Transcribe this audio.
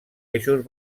eixos